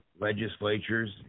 legislatures